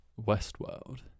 Westworld